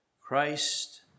Christ